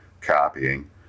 copying